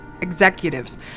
executives